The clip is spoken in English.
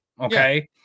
Okay